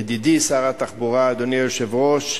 ידידי שר התחבורה, אדוני היושב-ראש,